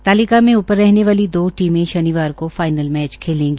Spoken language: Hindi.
तालिका मे ऊपर रहने वाली दो टीमें शनिवार को फाईनल मे मैच खेलेंगी